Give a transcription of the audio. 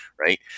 Right